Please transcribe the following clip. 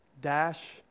Dash